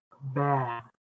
bad